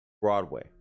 Broadway